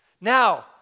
Now